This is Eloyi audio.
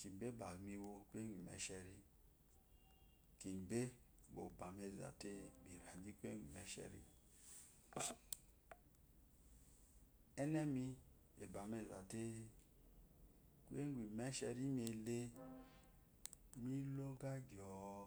kibe ba miwo kuye gun imesheri kuye gun imesheri enemi ebami ezate kuyee gu imesherimile milo-oga gyoo.